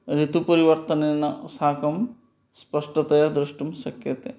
ऋतुपरिवर्तनेन साकं स्पष्टतया द्रष्टुं शक्यते